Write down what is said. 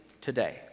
today